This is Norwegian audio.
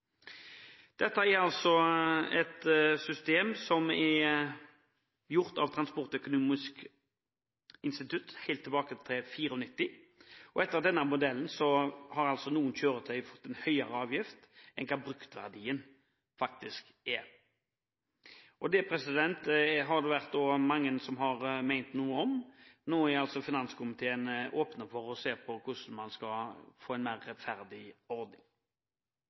Dette er et system som ble laget av Transportøkonomisk institutt så langt tilbake som i 1994. Etter denne modellen har noen kjøretøyer fått en høyere avgift enn det bruktverdien faktisk er. Det har mange ment noe om, og nå er finanskomiteen åpen for å se på hvordan man skal få en mer rettferdig ordning.